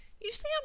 Usually